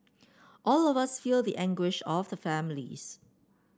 all of us feel the anguish of the families